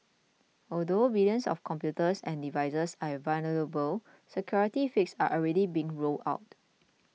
although billions of computers and devices are vulnerable security fixes are already being rolled out